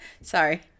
Sorry